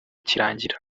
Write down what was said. kirangira